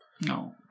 No